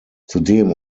zudem